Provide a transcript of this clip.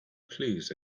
clues